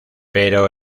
pero